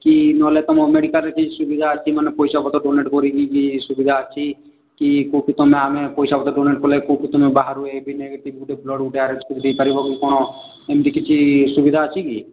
କି ନହେଲେ ତୁମ ମେଡ଼ିକାଲରେ ଯେ ସୁବିଧା ଅଛି ମାନେ ପଇସା ପତ୍ର ଡୋନେଟ୍ କରିକି କି ସୁବିଧା ଅଛି କି କେଉଁଠି ତୁମେ ଆମେ ପଇସା ପତ୍ର ଡୋନେଟ୍ କଲେ କେଉଁଠୁ ତୁମେ ବାହାରୁ ଏବି ନେଗେଟିଭ୍ ଗୁଟେ ବ୍ଲଡ଼୍ ଗୁଟେ ଆରେଞ୍ଜ କରିକି ଦେଇପାରିବ କି କ'ଣ ଏମିତି କିଛି ସୁବିଧା ଅଛି କି